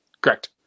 Correct